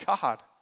god